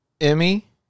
Emmy